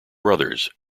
brothers